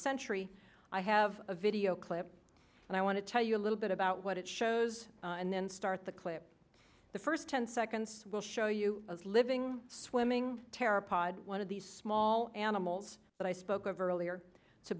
century i have a video clip and i want to tell you a little bit about what it shows and then start the clip the first ten seconds will show you a living swimming terror pod one of these small animals but i spoke of earlier